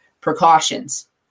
precautions